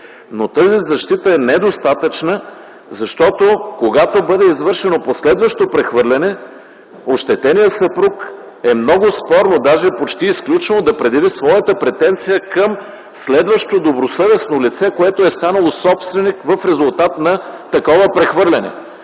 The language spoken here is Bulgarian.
но тази защита е недостатъчна, защото когато бъде извършено последващо прехвърляне, ощетеният съпруг е много спорно, даже е почти изключено да предяви своята претенция към следващо добросъвестно лице, което е станало собственик в резултат на такова прехвърляне.